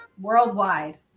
Worldwide